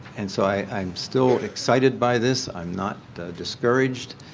and so i'm still excited by this, i'm not discouraged,